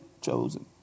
chosen